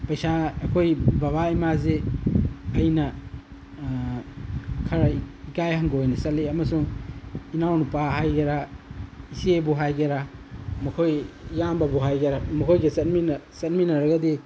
ꯄꯩꯁꯥ ꯑꯩꯈꯣꯏ ꯕꯕꯥ ꯏꯃꯥꯁꯤ ꯑꯩꯅ ꯈꯔ ꯏꯀꯥꯏ ꯍꯪꯒꯣꯏꯅ ꯆꯠꯂꯤ ꯑꯃꯁꯨꯡ ꯏꯅꯥꯎ ꯅꯨꯄꯥ ꯍꯥꯏꯒꯦꯔꯥ ꯏꯆꯦꯕꯨ ꯍꯥꯏꯒꯦꯔꯥ ꯃꯈꯣꯏ ꯏꯌꯥꯝꯕꯕꯨ ꯍꯥꯏꯒꯦꯔꯥ ꯃꯈꯣꯏꯒ ꯆꯠꯃꯤꯟꯅꯔꯒꯗꯤ